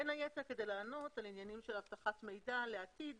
בין היתר כדי לענות על עניינים של אבטחת מידע לעתיד